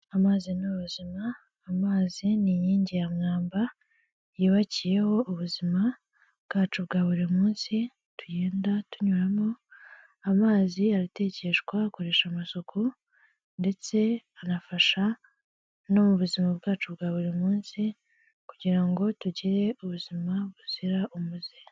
Amazi ni ubuzima, amazi ni inkingi ya mwamba, yubakiyeho ubuzima bwacu bwa buri munsi tugenda tunyuramo, amazi aratekeshwa, akoreshwa amasuku ndetse anafasha no mu buzima bwacu bwa buri munsi kugira ngo tugire ubuzima buzira umuze.